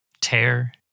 tear